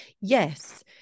Yes